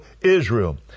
Israel